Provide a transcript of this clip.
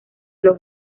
los